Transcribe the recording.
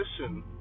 listen